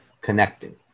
connecting